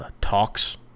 talks